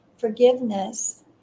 forgiveness